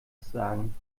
sagen